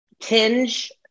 tinge